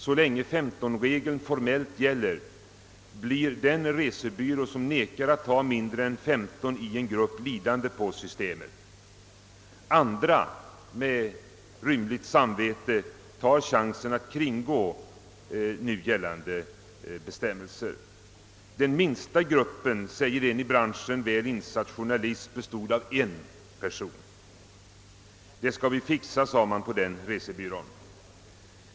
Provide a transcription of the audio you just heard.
Så länge 15-regeln formellt gäller blir den resebyrå som vägrar att ta mindre än 15 resenärer i en grupp lidande på systemet. Andra arrangörer, som har rymligt samvete, tar chansen att kringgå gällande bestämmelser. Den minsta grupp som förekommit — uppger en i branschen väl insatt journalist — bestod av en person. »Det ska” vi fixa», sade man på ifrågavarande resebyrå.